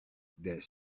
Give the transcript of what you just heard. that